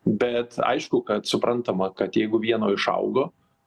bet aišku kad suprantama kad jeigu vieno išaugo